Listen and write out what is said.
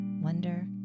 wonder